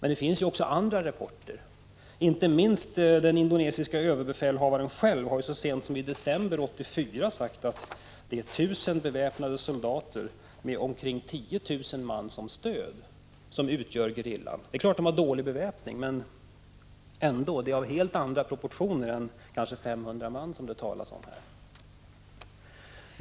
Det finns emellertid andra rapporter, inte minst från den indonesiske överbefälhavaren själv, som så sent som i december 1984 sagt att gerillan utgörs av 1000 beväpnade soldater med omkring 10 000 man som stöd. Beväpningen är naturligtvis dålig, men det är ändå fråga om betydligt fler än de 500 man som det har talats om här.